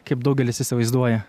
kaip daugelis įsivaizduoja